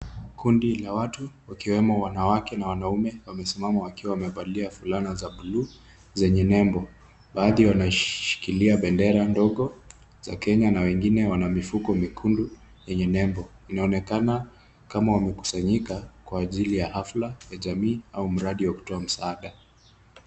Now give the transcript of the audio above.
Kundi la watu wakiwemo wanawake na wanaume wamesimama wakiwa wamevalia fulana za buluu zenye nembo. Baadhi wanashikilia bendera ndogo za Kenya na wengine wana mifuko mekundu yenye nembo. Inaonekana kama wamekusanyika kwa ajili ya hafla ya jamii au mradi wa kutoa msaada.